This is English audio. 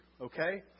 Okay